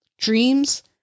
dreams